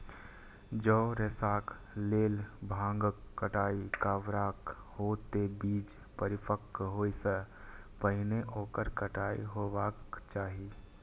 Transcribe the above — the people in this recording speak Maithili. जौं रेशाक लेल भांगक कटाइ करबाक हो, ते बीज परिपक्व होइ सं पहिने ओकर कटाइ हेबाक चाही